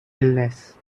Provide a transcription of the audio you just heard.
illnesses